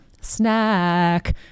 Snack